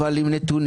אבל עם נתונים,